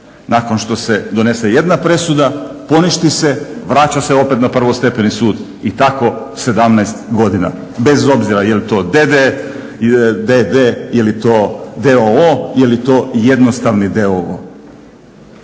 Nakon što se donese jedna presuda poništi se, vraća se opet na prvostepeni sud i tako 17 godina. Bez obzira je li to d.d., je li to d.o.o., je li to jednostavni